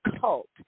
cult